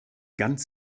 ganz